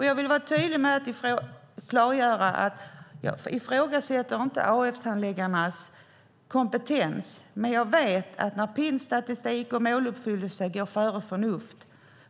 Jag vill vara tydlig med att jag inte ifrågasätter AF-handläggarnas kompetens. Men jag vet att det lätt blir fel när pinnstatistik och måluppfyllelse går före förnuft.